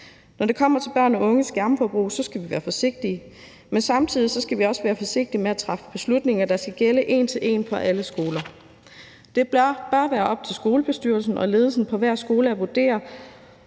Når det kommer til børn og unges skærmforbrug, skal vi være forsigtige, men samtidig skal vi også være forsigtige med at træffe beslutninger, der skal gælde en til en på alle skoler. Det bør være op til skolebestyrelsen og ledelsen på hver skole at vurdere,